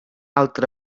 altra